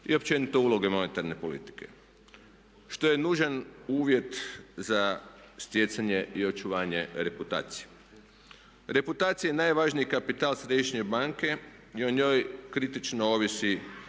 i općenito uloge monetarne politike što je nužan uvjet za stjecanje i očuvanje reputacije. Reputacija je najvažniji kapital središnje banke i o njoj kritično ovisi